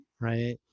right